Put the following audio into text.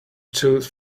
tooth